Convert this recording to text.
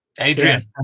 Adrian